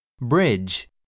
Bridge